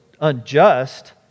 unjust